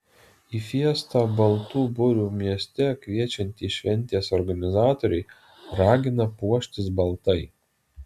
į fiestą baltų burių mieste kviečiantys šventės organizatoriai ragina puoštis baltai